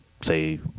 say